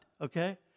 okay